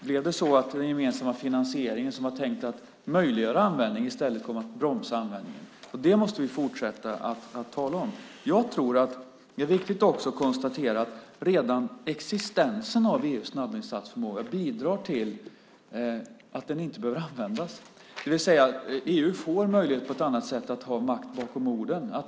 Blev det så att den gemensamma finansieringen som var tänkt att möjliggöra användningen i stället kom att bromsa användningen? Det måste vi fortsätta att tala om. Det är också viktigt att konstatera att redan existensen av EU:s snabbinsatsförmåga bidrar till att den inte behöver användas. EU får möjlighet att på ett annat sätt ha makt bakom orden.